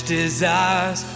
desires